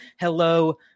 Hello